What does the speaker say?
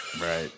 Right